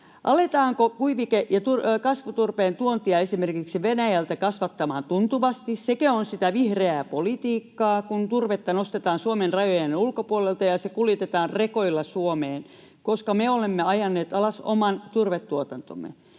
Aletaanko kuivike- ja kasvuturpeen tuontia esimerkiksi Venäjältä kasvattamaan tuntuvasti? Sekö on sitä vihreää politiikkaa, kun turvetta nostetaan Suomen rajojen ulkopuolelta ja se kuljetetaan rekoilla Suomeen, koska me olemme ajaneet alas turvetuotantomme?